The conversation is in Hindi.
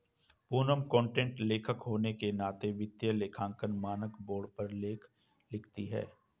पूनम कंटेंट लेखक होने के नाते वित्तीय लेखांकन मानक बोर्ड पर लेख लिखती है